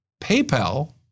PayPal